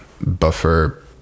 buffer